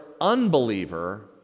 unbeliever